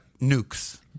nukes